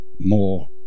more